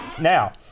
Now